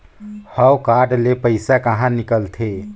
हव कारड ले पइसा कहा निकलथे?